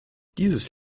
dieses